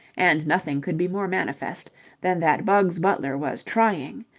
and nothing could be more manifest than that bugs butler was trying.